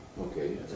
Okay